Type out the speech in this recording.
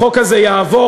החוק הזה יעבור,